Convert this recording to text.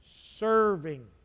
serving